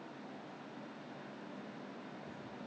sheet mask 他好像有给我 leh 好像是 a lot of